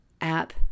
app